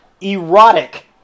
Erotic